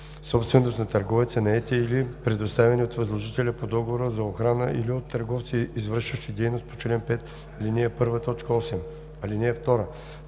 собственост на търговеца, наети или предоставени от възложителя по договора за охрана или от търговци, извършващи дейност по чл. 5, ал. 1, т. 8.